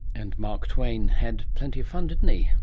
and mark twain had plenty of fun, didn't he?